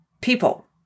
people